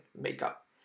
makeup